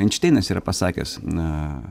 einšteinas yra pasakęs a